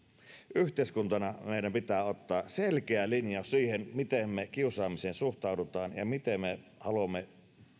yhteiskuntana meidän pitää ottaa selkeä linjaus siihen miten me kiusaamiseen suhtaudumme ja mitä me haluamme